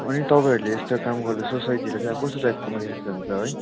अनि तपाईँहरूले यस्तो काम गर्दा सोसाइटीलाई चाहिँ अब कस्तो टाइपको मेसेज जान्छ है